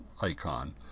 icon